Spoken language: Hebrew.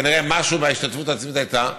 כנראה משהו מההשתתפות העצמית היה.